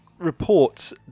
reports